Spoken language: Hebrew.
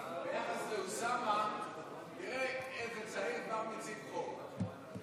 ביחס לאוסאמה, תראה איזה צעיר, כבר מציג חוק.